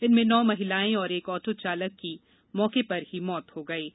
इनमें नौ महिलाएं और एक ऑटो चालक की मौके र ही मौत हो गई है